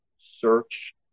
search